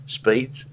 speeds